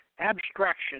abstraction